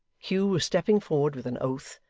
hugh was stepping forward with an oath,